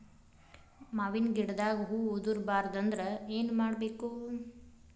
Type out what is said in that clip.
ಮಾವಿನ ಗಿಡದಾಗ ಹೂವು ಉದುರು ಬಾರದಂದ್ರ ಏನು ಮಾಡಬೇಕು?